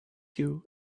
you